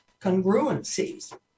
congruencies